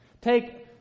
Take